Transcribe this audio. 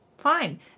Fine